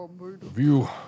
View